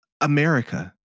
America